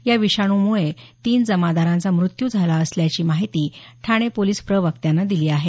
या विषाणूमुळे तीन जमादारांचा मृत्यू झाला असल्याची माहिती ठाणे पोलीस प्रवक्त्यांनी दिली आहे